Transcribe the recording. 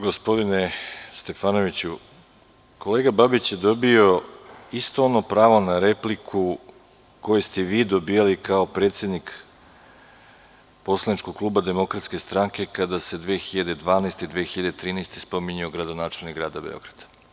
Gospodine Stefanoviću, kolega Babić je dobio isto ono pravo na repliku koje ste vi dobijali kao predsednik poslaničkog kluba DS kada se 2012, 2013. godine spominjao gradonačelnik grada Beograda.